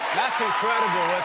that's incredible,